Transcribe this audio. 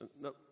No